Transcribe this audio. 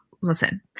listen